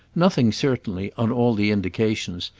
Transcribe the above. nothing certainly, on all the indications,